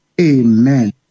Amen